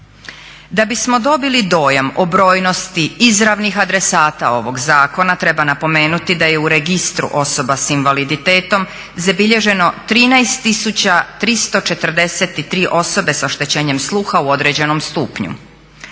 Da bismo dobili dojam o brojnosti izravnih adresata ovog zakona treba napomenuti da je u Registru osoba s invaliditetom zabilježeno 13 343 osobe s oštećenjem sluha u određenom stupnju.